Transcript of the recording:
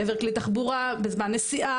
לעבר כלי תחבורה בנסיעה,